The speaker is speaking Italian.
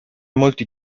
molti